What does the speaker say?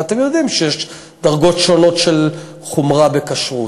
ואתם יודעים שיש דרגות שונות של חומרה בכשרות.